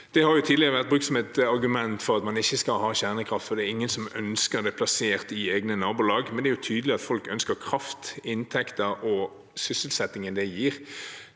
Det har tidligere vært brukt som et argument for at man ikke skal ha kjernekraft, at det er ingen som ønsker det plassert i egne nabolag, men det er jo tydelig at folk ønsker kraftinntektene og sysselsettingen det gir.